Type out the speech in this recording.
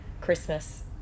Christmas